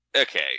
Okay